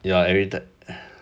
ya admitted